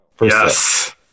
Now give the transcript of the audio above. Yes